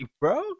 bro